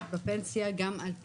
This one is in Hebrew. האמת, זו לא תורה.